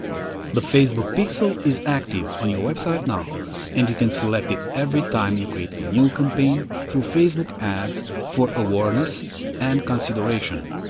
the facebook pixel is active on your website now and you can select it every time you create a new campaign through facebook ads for awareness and consideration.